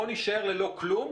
בואו נישאר ללא כלום,